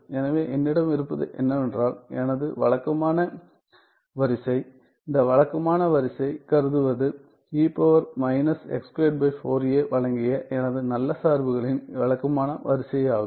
எனவே என்னிடம் இருப்பது என்னவென்றால் எனது வழக்கமான வரிசை இந்த வழக்கமான வரிசை கருதுவது வழங்கிய எனது நல்ல சார்புகளின் வழக்கமான வரிசை ஆகும்